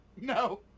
No